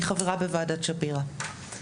אני חברה בוועדת שפירא.